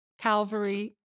Calvary